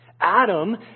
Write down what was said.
Adam